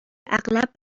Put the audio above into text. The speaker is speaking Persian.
اغلب